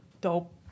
Dope